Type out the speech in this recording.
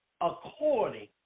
according